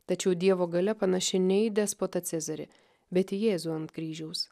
tačiau dievo galia panaši ne į despotą cezarį bet į jėzų ant kryžiaus